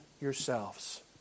yourselves